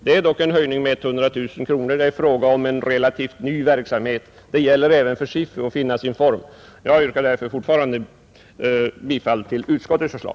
Det är dock en höjning med 100 000 kronor, och det är fråga om en relativt ny verksamhet. Det gäller även för SIFU att finna sin form. Jag yrkar därför fortfarande bifall till utskottets förslag.